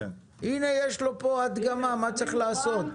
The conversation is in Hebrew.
הנה יש לו פה הדגמה מה צריך לעשות.